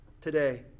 today